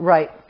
Right